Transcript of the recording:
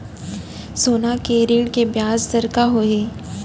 सोना के ऋण के ब्याज दर का होही?